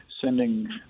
sending